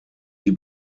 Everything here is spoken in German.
die